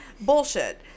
bullshit